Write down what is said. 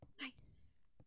Nice